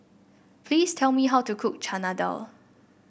please tell me how to cook Chana Dal